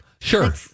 Sure